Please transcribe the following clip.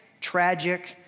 tragic